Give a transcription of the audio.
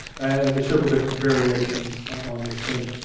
and there's several different variations on this thing.